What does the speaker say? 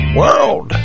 world